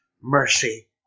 mercy